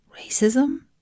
Racism